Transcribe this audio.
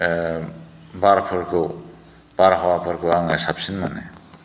बारफोरखौ बारहावाफोरखौ आङो साबसिन मोनो